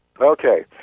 Okay